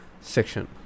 Section